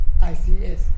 ICS